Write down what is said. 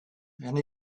and